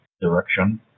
direction